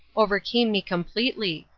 overcame me completely,